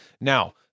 Now